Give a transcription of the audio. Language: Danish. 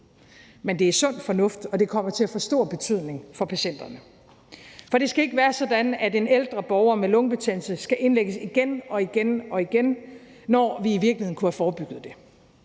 men det er sund fornuft, og det kommer til at få stor betydning for patienterne. For det skal ikke være sådan, at en ældre borger med lungebetændelse skal indlægges igen og igen, når vi i virkeligheden kunne have forebygget det.